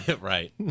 right